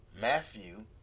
Matthew